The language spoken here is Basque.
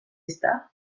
ezta